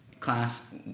class